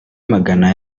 magana